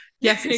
yes